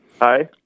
Hi